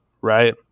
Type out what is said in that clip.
right